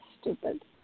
stupid